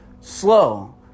slow